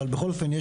אבל בכל אופן,